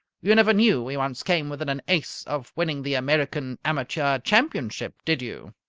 you never knew he once came within an ace of winning the american amateur championship, did you?